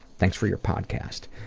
thanks for your podcast.